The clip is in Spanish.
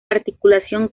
articulación